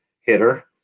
hitter